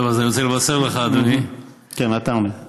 טוב, אז אני רוצה לבשר לך, אדוני, כן, אתה עונה.